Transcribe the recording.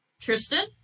Tristan